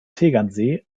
tegernsee